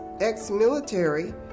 ex-military